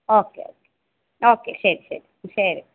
okay okay okay ശരി ശരി ഉം ശരി